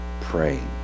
praying